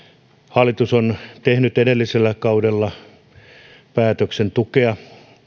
hallitus on tehnyt edellisellä kaudella päätöksen tukea